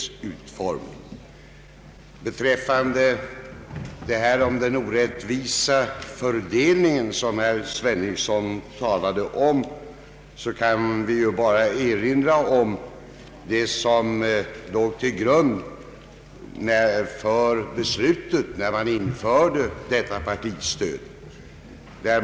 Med anledning av herr Sveningssons påstående om den orättvisa fördelningen vill jag bara erinra om vad som låg till grund för beslutet om införandet av det statliga partistödet.